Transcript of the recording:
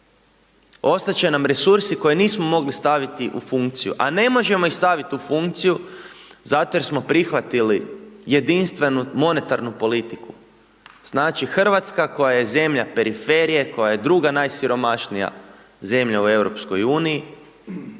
ostati će nam resursi koje nismo mogli staviti u funkciju, a ne možemo ih staviti u funkciju, zato jer smo prihvatili jedinstvenu monetarnu politiku. Znači Hrvatska koja je zemlja periferije, koja je druga najsiromašnija zemlja u EU,